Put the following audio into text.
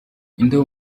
indabo